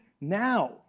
now